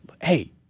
hey